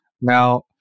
Now